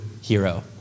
hero